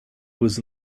was